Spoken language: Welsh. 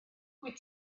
wyt